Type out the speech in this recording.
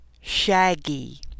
shaggy